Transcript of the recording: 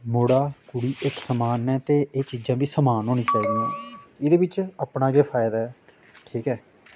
मुड़ा कुड़ी इक्क समान न ते एह् चीजां बी समान होनी चाहिदियां एह्दे बिच्च अपना गै फैदा ऐ ठीक ऐ